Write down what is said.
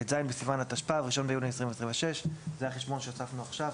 ט"ז בסיוון התשפ"ו (1 ביוני 2026). זה החשבון שהוספנו עכשיו,